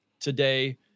today